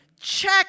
Check